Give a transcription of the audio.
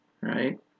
right